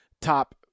top